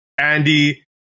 Andy